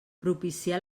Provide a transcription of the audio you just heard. propiciar